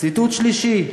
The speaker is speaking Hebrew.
ציטוט שלישי: